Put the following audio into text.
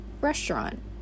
restaurant